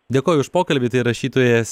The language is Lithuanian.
dėkoju už pokalbį tai rašytojas